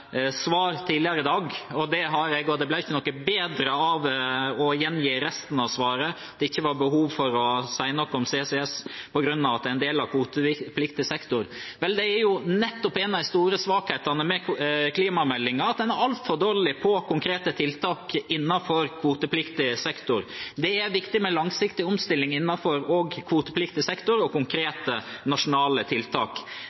svar tidligere i dag. Det har jeg, og det ble ikke noe bedre av å gjengi resten av svaret – at det ikke var behov for å si noe om CCS, på grunn av at det er en del av kvotepliktig sektor. Vel, nettopp en av de store svakhetene ved klimameldingen er at den er altfor dårlig på konkrete tiltak innenfor kvotepliktig sektor. Det er viktig med langsiktig omstilling også innenfor kvotepliktig sektor, og